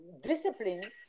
discipline